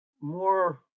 more